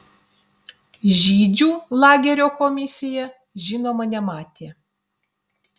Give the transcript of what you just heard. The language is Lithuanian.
žydžių lagerio komisija žinoma nematė